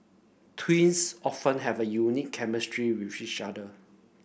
twins often have unique chemistry with each other